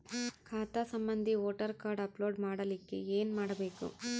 ಖಾತಾ ಸಂಬಂಧಿ voter card upload ಮಾಡಲಿಕ್ಕೆ ಏನ ಮಾಡಬೇಕು?